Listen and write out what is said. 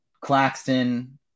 Claxton